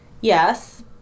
Yes